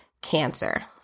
cancer